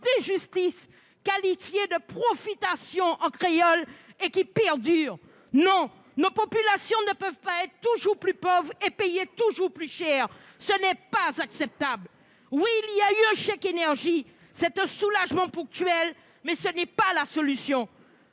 d'injustice, qualifié de « pwofitasyon » en créole, qui perdure. Non, nos populations ne peuvent pas être toujours plus pauvres et payer toujours plus cher. Ce n'est pas acceptable ! Oui, il y a le chèque énergie. C'est un soulagement ponctuel, mais ce n'est pas la solution